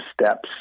steps